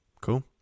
Cool